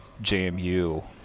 JMU